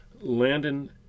landon